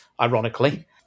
ironically